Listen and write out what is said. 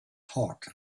heart